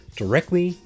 directly